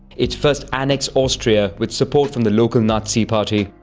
it first annexed austria with support from the local nazi party.